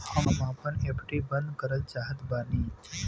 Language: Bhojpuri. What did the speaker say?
हम आपन एफ.डी बंद करल चाहत बानी